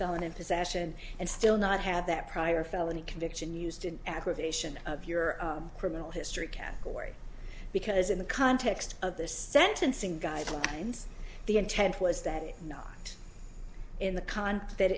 felon in possession and still not have that prior felony conviction used in aggravation of your criminal history category because in the context of the sentencing guidelines the intent was that it not in the